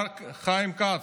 חיים כץ,